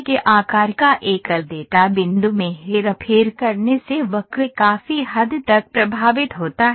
के आकार का एकल डेटा बिंदु में हेरफेर करने से वक्र काफी हद तक प्रभावित होता है